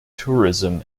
tourism